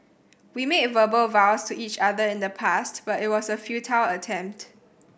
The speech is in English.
we made verbal vows to each other in the past but it was a futile attempt